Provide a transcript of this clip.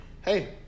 Hey